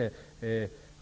rösten.